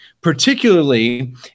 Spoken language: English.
particularly